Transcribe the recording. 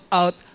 out